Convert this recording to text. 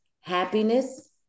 happiness